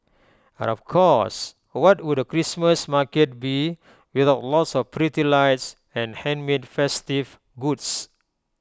and of course what would A Christmas market be without lots of pretty lights and handmade festive goods